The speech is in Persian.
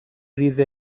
ریز